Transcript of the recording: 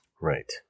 Right